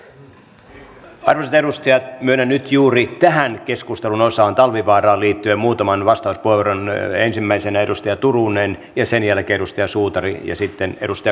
arvoisat edustajat myönnän nyt juuri tähän keskustelun osaan talvivaaraan liittyen muutaman vastauspuheenvuoron ensimmäisenä edustaja turunen ja sen jälkeen edustaja suutari ja sitten edustaja korhonen